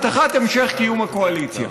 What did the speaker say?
הבטחת המשך קיום הקואליציה.